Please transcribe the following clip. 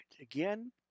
Again